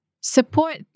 support